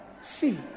See